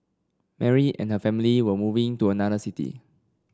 Mary and family were moving to another city